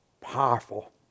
powerful